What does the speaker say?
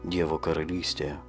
dievo karalystė